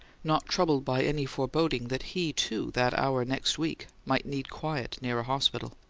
not troubled by any foreboding that he, too, that hour next week, might need quiet near a hospital.